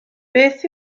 beth